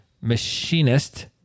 machinist